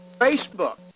Facebook